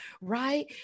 right